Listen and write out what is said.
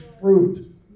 fruit